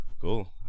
cool